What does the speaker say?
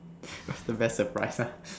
what's the best surprise ah